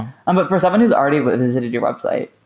um but for someone who's already visited your website,